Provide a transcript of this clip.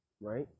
right